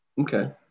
Okay